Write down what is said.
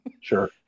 sure